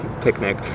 picnic